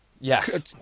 yes